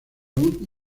aún